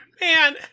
Man